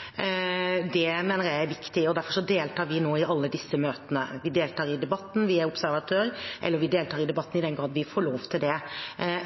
det internt i EU er store forskjeller, mener jeg er viktig. Derfor deltar vi i alle disse møtene. Vi deltar i debatten, vi er observatører – eller vi deltar i debatten i den grad vi får lov til det,